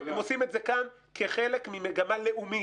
הם עושים את זה כאן כחלק ממגמה לאומית.